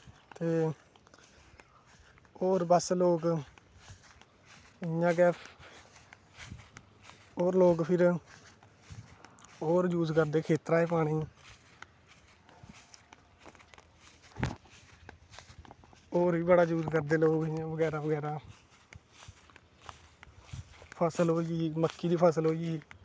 ते होर बस लोग इ'यां गै होर लोग फिर होर यूस करदे खेत्तरा च पाने गी होर बी बड़ा यूस करदे लोग बगैरा बगैरा मक्की दे फसल होई